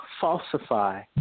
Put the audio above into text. falsify